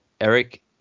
Eric